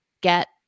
get